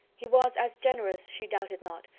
he was as generous, she doubted not,